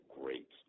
great